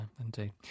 indeed